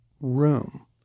room